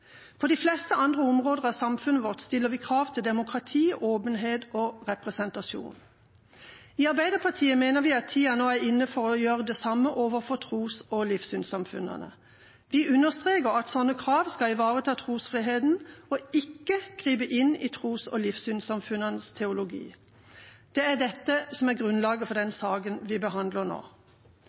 På de fleste andre områder i samfunnet vårt stiller vi krav til demokrati, åpenhet og representasjon. I Arbeiderpartiet mener vi at tida nå er inne til å gjøre det samme overfor tros- og livssynssamfunnene. Vi understreker at slike krav skal ivareta trosfriheten og ikke gripe inn i tros- og livssynssamfunnenes teologi. Dette er grunnlaget for saken vi behandler nå.